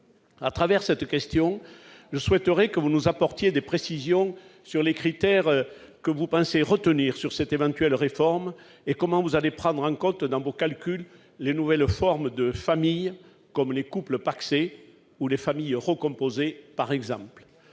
Au travers de cette question, je souhaite que vous nous apportiez des précisions sur les critères que vous pensez retenir pour cette éventuelle réforme et sur la manière dont vous allez prendre en compte, dans vos calculs, les nouvelles formes de familles, comme les couples pacsés ou les familles recomposées. Madame